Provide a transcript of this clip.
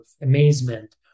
amazement